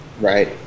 Right